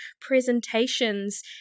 presentations